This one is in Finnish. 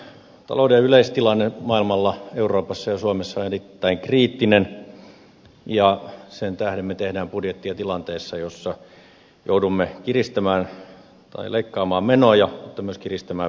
talouden yleistilanne maailmalla euroopassa ja suomessa on erittäin kriittinen ja sen tähden me teemme budjettia tilanteessa jossa joudumme leikkaamaan menoja mutta myös kiristämään veroja